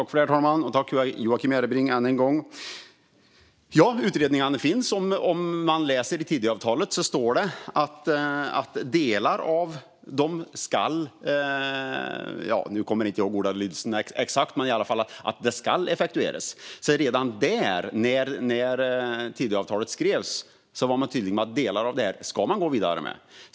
Herr talman! Ja, utredningarna finns. Om man läser i Tidöavtalet ser man att det står att delar av dem ska effektueras. Jag kommer inte ihåg den exakta ordalydelsen, men redan när Tidöavtalet skrevs var man alltså tydlig med att delar av det här ska man gå vidare med.